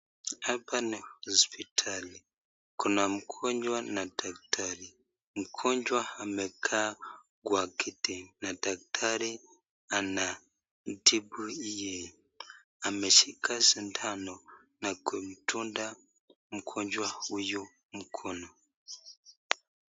Hapa ni hospitali kuna mgonjwa na daktari. Mgonjwa amekaa kwa kiti na daktari anamtibu yeye, ameshika sindano na kumdunga mgonjwa huyu mkono.